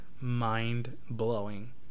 mind-blowing